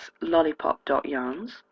lollipop.yarns